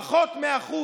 פחות מ-1%.